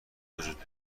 وجود